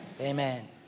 Amen